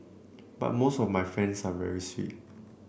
but most of my fans are very sweet